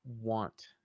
want